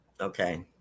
Okay